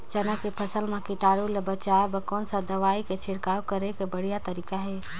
चाना के फसल मा कीटाणु ले बचाय बर कोन सा दवाई के छिड़काव करे के बढ़िया तरीका हे?